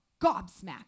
gobsmacked